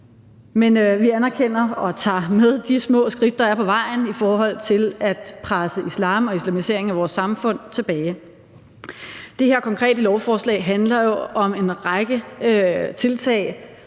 Men vi anerkender de små skridt, der er på vejen – dem tager vi med – i forhold til at presse islam og islamiseringen af vores samfund tilbage. Det her konkrete lovforslag handler jo om en række tiltag,